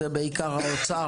זה בעיקר האוצר.